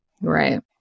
Right